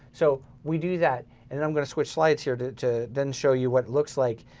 so we do that and then i'm gonna switch slides here to to then show you what looks like